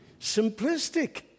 simplistic